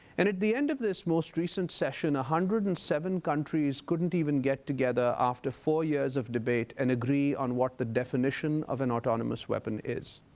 and at the end of this most recent session one hundred and seven countries couldn't even get together after four years of debate and agree on what the definition of an autonomous weapon is.